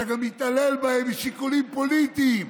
אתה גם מתעלל בהם משיקולים פוליטיים.